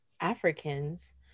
Africans